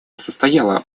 состояла